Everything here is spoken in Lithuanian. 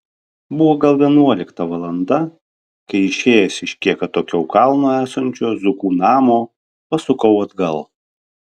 buvo gal vienuolikta valanda kai išėjęs iš kiek atokiau kalno esančio zukų namo pasukau atgal